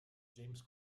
james